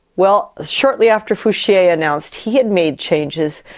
well, shortly after fouchier announced he had made changes,